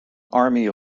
army